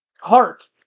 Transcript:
Heart